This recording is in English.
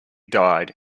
died